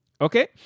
okay